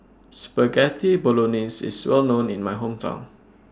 Spaghetti Bolognese IS Well known in My Hometown